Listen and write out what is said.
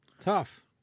Tough